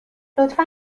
لطفا